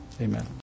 Amen